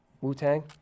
Wu-Tang